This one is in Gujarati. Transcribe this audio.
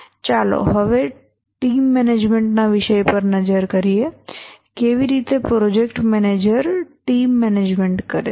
હવે ચાલો ટીમ મેનેજમેન્ટના વિષય પર નજર કરીએ કેવી રીતે પ્રોજેક્ટ મેનેજર ટીમ મેનેજમેન્ટ કરે છે